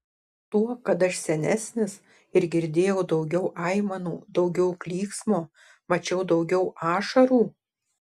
tuo kad aš senesnis ir girdėjau daugiau aimanų daugiau klyksmo mačiau daugiau ašarų